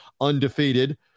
undefeated